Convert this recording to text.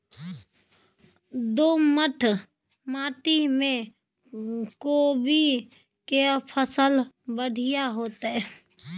दोमट माटी में कोबी के फसल बढ़ीया होतय?